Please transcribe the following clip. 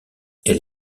elle